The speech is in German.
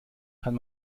kann